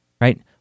right